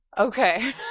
Okay